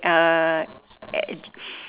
uh at